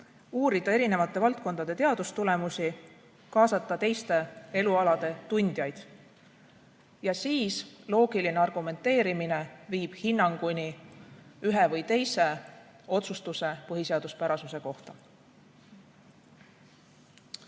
uurida erinevate valdkondade teadustulemusi, kaasata teiste elualade tundjaid. Ja siis loogiline argumenteerimine viib hinnanguni ühe või teise otsustuse põhiseaduspärasuse kohta.